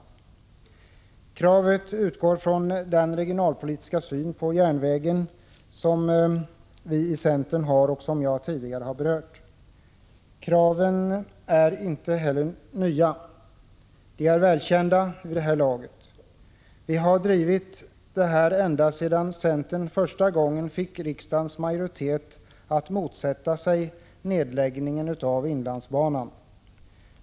När det gäller detta krav utgår vi från den regionalpolitiska syn på järnvägen som vi i centern har. Den saken har jag tidigare berört. Kravet är inte nytt. Det är välkänt. Vi har drivit dessa frågor ända sedan centern fick en riksdagsmajoritet med sig mot en nedläggning av inlandsbanan.